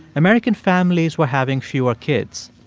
american families were having fewer kids.